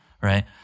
Right